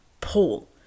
Paul